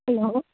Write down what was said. hello